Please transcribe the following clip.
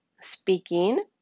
speaking